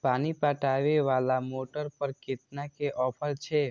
पानी पटवेवाला मोटर पर केतना के ऑफर छे?